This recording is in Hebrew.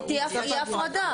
תהיה הפרדה.